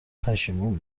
پشیمون